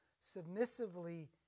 submissively